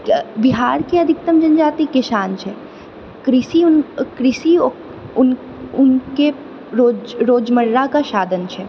बिहारके अधिकतम जनजाति किसान छै कृषि कृषि उनके रोजमर्राके साधन छै